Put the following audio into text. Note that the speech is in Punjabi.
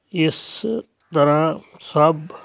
ਇਸ ਤਰ੍ਹਾਂ ਸਭ